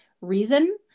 reason